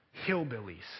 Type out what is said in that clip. hillbillies